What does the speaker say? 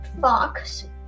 Fox